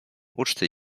uczty